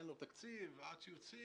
אין לו תקציב ועד שנוציא,